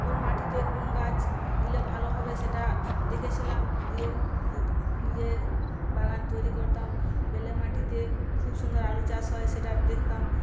কোন মাটিতে কোন গাছ দিলে ভালো হবে সেটা দেখেছিলাম দিয়ে নিজে বাগান তৈরি করতাম বেলে মাটিতে খুব সুন্দর আলু চাষ হয় সেটা দেখতাম